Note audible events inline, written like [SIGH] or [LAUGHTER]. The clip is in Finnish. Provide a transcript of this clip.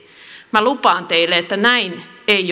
minä lupaan teille että näin ei [UNINTELLIGIBLE]